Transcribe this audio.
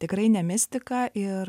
tikrai ne mistika ir